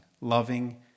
Loving